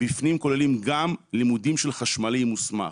בפנים כוללים גם לימודים של חשמלאי מוסמך.